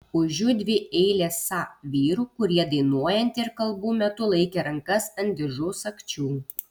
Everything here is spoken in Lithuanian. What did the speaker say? už jų dvi eilės sa vyrų kurie dainuojant ir kalbų metu laikė rankas ant diržų sagčių